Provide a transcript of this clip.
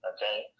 Okay